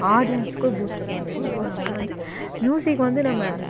ஆடியன்ஸுக்கும் பூஸ்ட்டப்பாக இருக்கும் ஸோ நம்ம வந்து மியூசிக் வந்து நம்ம